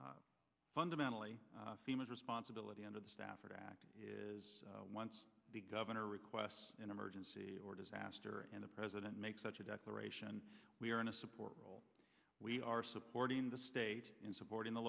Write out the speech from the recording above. in fundamentally femurs responsibility under the stafford act is one the governor requests an emergency or disaster and the president makes such a declaration we are in a support role we are supporting the state in supporting the